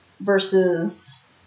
versus